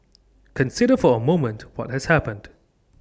consider for A moment what has happened